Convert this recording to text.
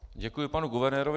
Děkuji panu guvernérovi.